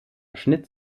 schnitt